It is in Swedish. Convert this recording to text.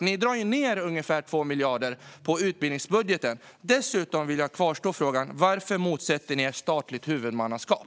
Ni drar alltså ned ungefär 2 miljarder på utbildningsbudgeten, Kristina Axén Olin. Dessutom kvarstår min fråga: Varför motsätter ni er ett statligt huvudmannaskap?